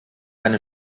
meine